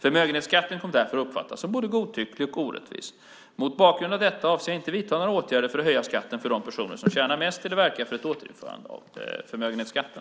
Förmögenhetsskatten kom därför att uppfattas som både godtycklig och orättvis. Mot bakgrund av detta avser jag inte att vidta några åtgärder för att höja skatten för de personer som tjänar mest eller att verka för ett återinförande av förmögenhetsskatten.